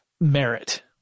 merit